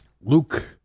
Luke